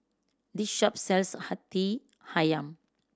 this shop sells Hati Ayam